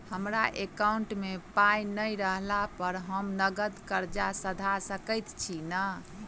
हमरा एकाउंट मे पाई नै रहला पर हम नगद कर्जा सधा सकैत छी नै?